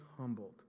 humbled